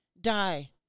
die